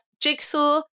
jigsaw